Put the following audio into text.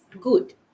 good